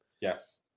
Yes